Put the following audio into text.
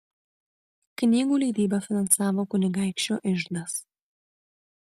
knygų leidybą finansavo kunigaikščio iždas